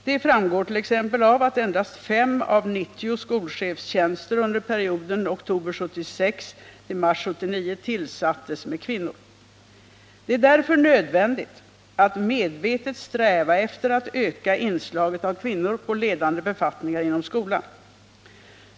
Det framgår t.ex. av att endast 5 av 90 skolchefstjänster under perioden oktober 1976-mars 1979 tillsattes med kvinnor. Det är därför nödvändigt att medvetet sträva efter att öka inslaget av kvinnor på ledande befattningar inom skolan.